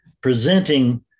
presenting